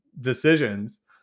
decisions